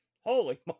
Holy